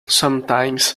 sometimes